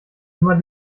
immer